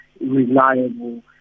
reliable